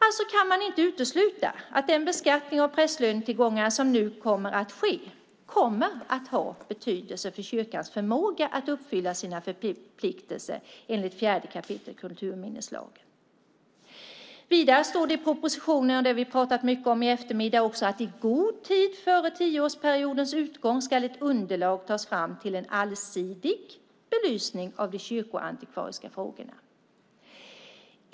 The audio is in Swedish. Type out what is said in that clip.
Alltså kan man inte utesluta att den beskattning av prästlönetillgångarna som nu kommer att ske kommer att ha betydelse för kyrkans förmåga att uppfylla sina förpliktelser enligt 4 kap. kulturminneslagen. Vidare står det i propositionen, och det har vi pratat mycket om i eftermiddag också, att i god tid före tioårsperiodens utgång ska ett underlag tas fram till en allsidig belysning av de kyrkoantikvariska frågorna.